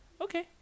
Okay